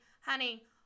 honey